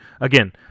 Again